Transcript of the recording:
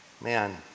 Man